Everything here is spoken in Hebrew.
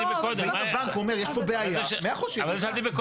ואם הבנק אומר יש פה בעיה, מאה אחוז, שידווח.